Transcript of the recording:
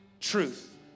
truth